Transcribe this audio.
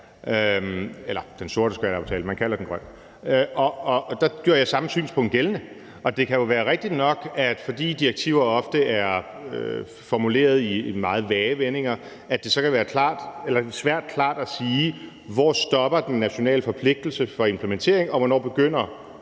snarere den sorte skatteaftale; man kalder den grøn – og der gjorde jeg samme synspunkt gældende. Det kan jo være rigtigt nok, at fordi direktiver ofte er formuleret i meget vage vendinger, kan det være svært klart at sige, hvor den nationale forpligtelse for implementering stopper, og hvor